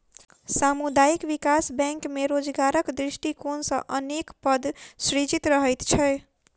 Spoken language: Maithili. सामुदायिक विकास बैंक मे रोजगारक दृष्टिकोण सॅ अनेक पद सृजित रहैत छै